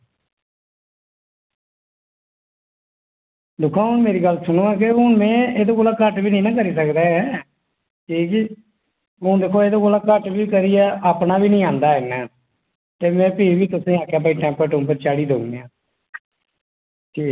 दिक्खो आं मेरी गल्ल सुनो आं में एह्दे कोला घट्ट बी नेईं ना करी सकदा ऐ की जे ते दिक्खो आं एह्दे कोला घट्ट बी करियै एह्दे कोला बी औंदा में ऐ ते में भी बी आखेआ तुसेंगी टैंपर चाढ़ी दिन्ने आं तुसेंगी केह्